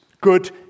Good